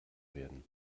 werden